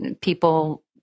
people